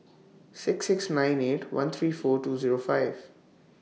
six six nine eight one three four two Zero five